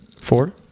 Four